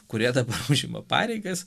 kurie dabar užima pareigas